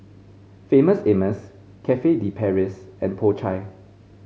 Famous Amos Cafe De Paris and Po Chai